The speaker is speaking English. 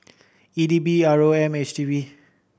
E D B R O M H D B